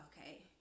okay